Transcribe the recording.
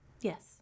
Yes